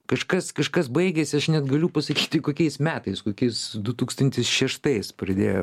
kažkas kažkas baigėsi aš negaliu pasakyti kokiais metais kokiais du tūkstantis šeštais pridėjo